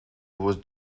was